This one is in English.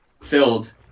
filled